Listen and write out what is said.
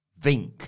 Vink